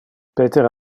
peter